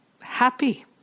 happy